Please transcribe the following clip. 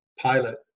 pilot